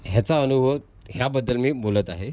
ह्याचा अनुभव ह्याबद्दल मी बोलत आहे